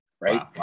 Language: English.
right